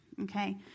okay